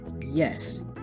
Yes